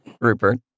Rupert